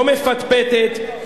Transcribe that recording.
לא מפטפטת,